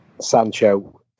Sancho